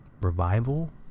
revival